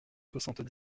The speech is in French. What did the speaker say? soixante